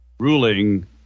Ruling